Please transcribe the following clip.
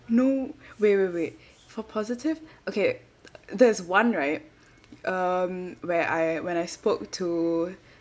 no wait wait wait for positive okay there's one right um where I when I spoke to